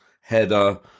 header